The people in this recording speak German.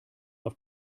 auf